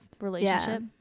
relationship